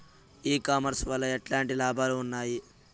ఈ కామర్స్ వల్ల ఎట్లాంటి లాభాలు ఉన్నాయి?